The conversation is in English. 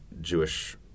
Jewish